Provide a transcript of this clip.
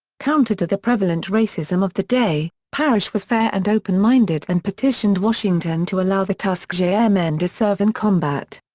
counter to the prevalent racism of the day, parrish was fair and open-minded and petitioned washington to allow the tuskegee airmen to serve in combat.